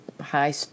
high